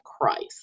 Christ